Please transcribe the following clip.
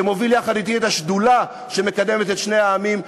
שמוביל יחד אתי את השדולה שמקדמת את שני העמים,